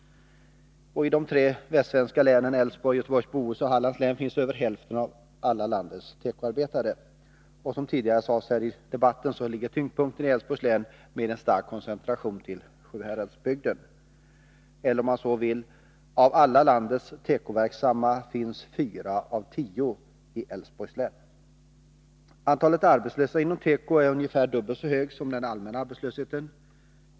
I de tre västsvenska länen Älvsborgs, Göteborgs och Bohus samt Hallands län finns över hälften av alla landets tekoarbetare. Som tidigare sades här i debatten ligger tyngdpunkten i Älvsborgs län, med en stark koncentration till Sjuhäradsbygden. Av alla landets tekoverksamma finns 4 av 10 i Älvsborgs län. Arbetslösheten inom tekoindustrin är ungefär dubbelt så hög som den genomsnittliga allmänna arbetslösheten.